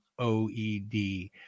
OED